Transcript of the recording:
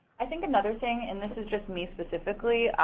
i think another thing, and this is just me specifically,